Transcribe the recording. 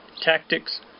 tactics